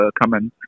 comment